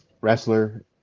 wrestler